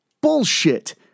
Bullshit